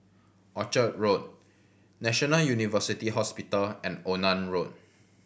Orchard Road National University Hospital and Onan Road